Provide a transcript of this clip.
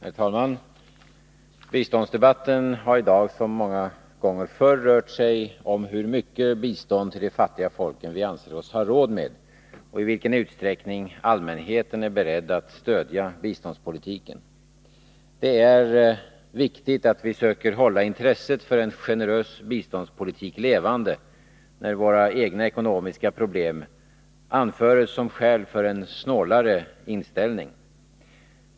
Herr talman! Biståndsdebatten har i dag som så många gånger förr rört sig om hur mycket bistånd till de fattiga folken vi anser oss ha råd med och i vilken utsträckning allmänheten är beredd att stödja biståndspolitiken. Det är viktigt att vi söker hålla intresset för en generös biståndspolitik levande när våra egna ekonomiska problem anförs som skäl för en snålare inställning.